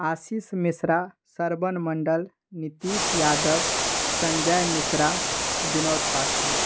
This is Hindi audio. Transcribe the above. आशीष मिश्रा श्रवण मण्डल नितीश यादव संजय मिश्रा विनोद पासवान